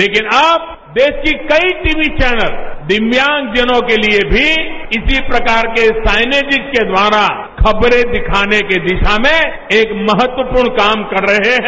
लेकिन अब देश के कई टीवी चौनल भी दिव्यांगजनों के लिए भी इसी प्रकार के साइनेविज के द्वारा खबरें दिखाने की दिशा में एक महत्वपूर्ण काम कर रहे हैं